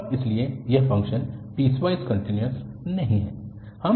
और इसलिए यह फ़ंक्शन पीसवाइस कन्टिन्यूअस नहीं है